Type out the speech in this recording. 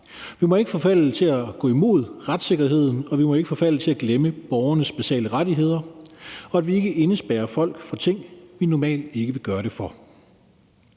Vi må ikke forfalde til at gå imod retssikkerheden, og vi må ikke forfalde til at glemme borgernes basale rettigheder, og vi må ikke indespærre folk for ting, vi normalt ikke vil gøre det for.